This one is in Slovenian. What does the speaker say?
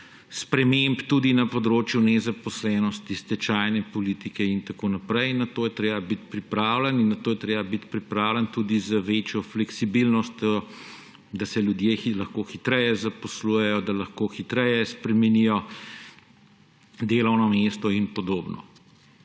sprememb tudi na področju nezaposlenosti, stečajne politike in tako naprej. Na to je treba biti pripravljen in na to je treba biti pripravljen tudi z večjo fleksibilnostjo, da se ljudje lahko hitreje zaposlujejo, da lahko hitreje spremenijo delovno mesto in podobno.